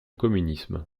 communisme